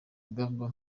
ingamba